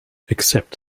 except